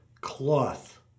cloth